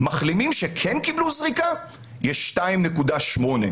מחלימים שכן קיבלו זריקה, יש 2.8 אחוז.